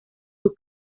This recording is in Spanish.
sus